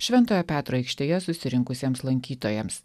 šventojo petro aikštėje susirinkusiems lankytojams